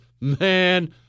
man